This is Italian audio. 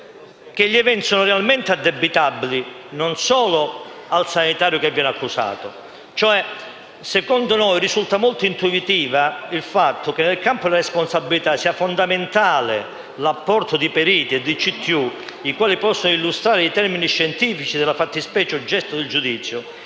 se gli eventi siano realmente addebitabili non solo al sanitario che viene accusato. È infatti intuitivo che nel campo della responsabilità sia fondamentale l'apporto di periti e CTU, i quali possono illustrare i termini scientifici della fattispecie oggetto del giudizio.